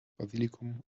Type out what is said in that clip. basilikum